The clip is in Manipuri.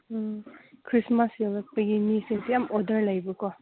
ꯎꯝ ꯈ꯭ꯔꯤꯁꯃꯥꯁ ꯌꯧꯔꯛꯄꯒꯤ ꯃꯤꯁꯤꯡꯁꯤ ꯌꯥꯝ ꯑꯣꯗꯔ ꯂꯩꯕꯀꯣ